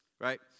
Right